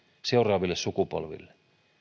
seuraaville sukupolville